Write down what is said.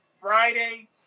Friday